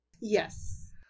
Yes